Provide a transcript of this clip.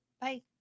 Bye